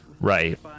right